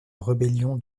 rébellion